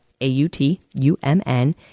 A-U-T-U-M-N